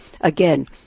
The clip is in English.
again